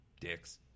dicks